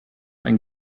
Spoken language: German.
ein